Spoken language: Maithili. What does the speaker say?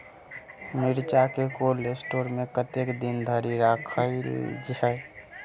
मिर्चा केँ कोल्ड स्टोर मे कतेक दिन धरि राखल छैय?